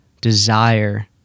desire